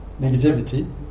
Negativity